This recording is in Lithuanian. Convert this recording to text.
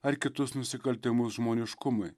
ar kitus nusikaltimus žmoniškumui